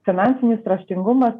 finansinis raštingumas